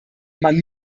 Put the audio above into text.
man